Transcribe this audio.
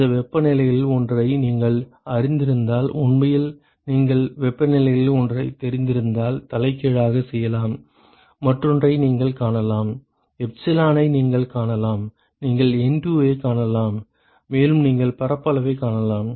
இந்த வெப்பநிலைகளில் ஒன்றை நீங்கள் அறிந்திருந்தால் உண்மையில் நீங்கள் வெப்பநிலைகளில் ஒன்றைத் தெரிந்தால் தலைகீழாகச் செய்யலாம் மற்றொன்றை நீங்கள் காணலாம் எப்சிலானைக் நீங்கள் காணலாம் நீங்கள் NTU ஐக் காணலாம் மேலும் நீங்கள் பரப்பளவைக் காணலாம்